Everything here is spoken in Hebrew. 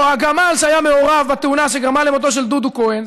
הגמל שהיה מעורב בתאונה שגרמה למותו של דודו כהן,